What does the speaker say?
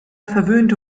verwöhnte